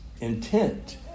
intent